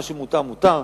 מה שמותר מותר,